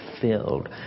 filled